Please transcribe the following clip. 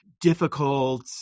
difficult